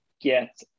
get